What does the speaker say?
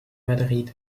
madrid